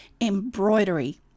Embroidery